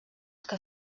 que